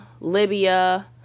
Libya